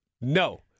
No